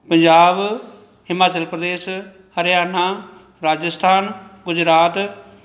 Punjab Himachal Pradesh Haryana Rajasthan Gujarat